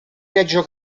reggio